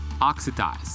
oxidize